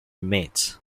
mates